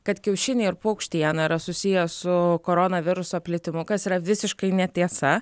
kad kiaušiniai ir paukštiena yra susiję su koronaviruso plitimo kas yra visiškai netiesa